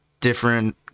different